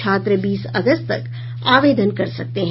छात्र बीस अगस्त तक आवेदन कर सकते हैं